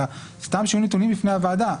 אלא סתם שיהיו נתונים בני הוועדה.